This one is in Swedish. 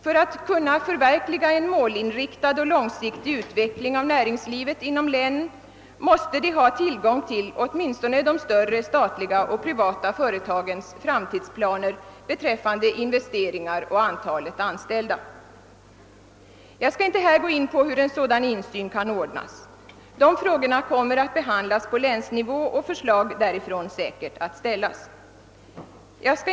För att kunna förverkliga en målinriktad och långsiktig utveckling av näringslivet inom länen måste de organen ha tillgång till åtminstone de större statliga och privata företagens framtidsplaner rörande investeringar och antalet anställda. Jag skall inte här gå in på hur en sådan insyn kan ordnas. De frågorna kommer att behandlas på länsnivå, och förslag kommer säkert att ställas därifrån.